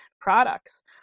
products